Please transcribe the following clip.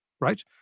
Right